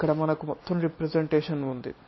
ఇక్కడ మనకు మొత్తం రెప్రెసెంటేషన్ ఉంది